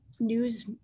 news